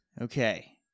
Okay